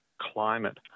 climate